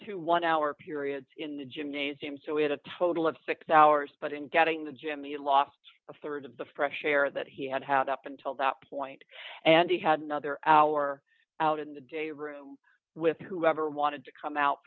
twenty one hour periods in the gymnasium so he had a total of six hours but in getting the gym the last rd of the fresh air that he had had up until that point and he had another hour out in the day room with whoever wanted to come out